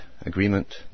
agreement